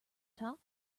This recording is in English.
top